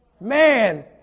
Man